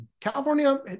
California